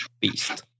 beast